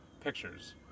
Pictures